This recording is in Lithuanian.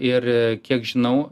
ir kiek žinau